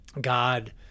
God